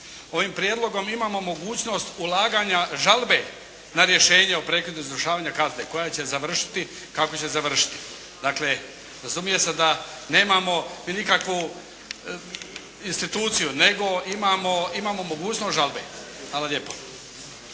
Ovim prijedlogom imamo mogućnost ulaganja žalbe na rješenje o prekidu izvršavanja kazne koja će završiti kako će završiti. Dakle, razumije se da mi nemamo nikakvu instituciju, nego imamo mogućnost žalbe. Hvala lijepa.